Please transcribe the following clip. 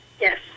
Yes